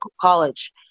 college